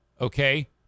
okay